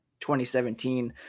2017